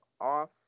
Off